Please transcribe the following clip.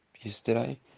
yesterday